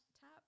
tap